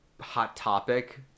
hot-topic